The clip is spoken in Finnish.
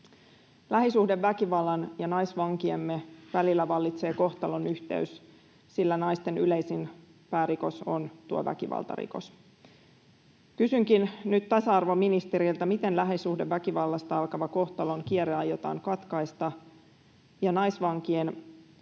Lähisuhdeväkivallan ja naisvankiemme välillä vallitsee kohtalonyhteys, sillä naisten yleisin päärikos on tuo väkivaltarikos. Kysynkin nyt tasa-arvoministeriltä: miten lähisuhdeväkivallasta alkava kohtalon kierre aiotaan katkaista? Naisvankien vahva